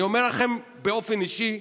אני אומר לכם, באופן אישי,